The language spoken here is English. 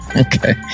Okay